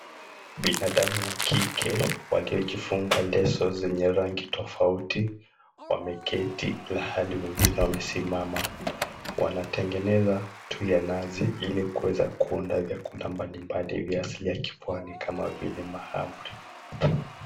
Binadamu wa kike waliojifunga leso zenye rangi tofauti, wameketi ilihali wengine wamesimama. Wanatengeneza tui ya nazi ili kuweza kuunda vyakula mbalimbali vya asili ya kipwani kama vile mahamri.